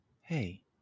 hey